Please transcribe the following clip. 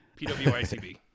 PWICB